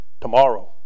Tomorrow